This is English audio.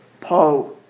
Po